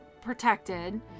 protected